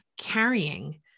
carrying